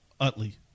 Utley